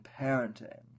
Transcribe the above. parenting